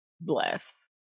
Bless